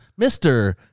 Mr